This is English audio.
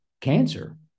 cancer